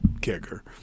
kicker